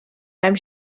mewn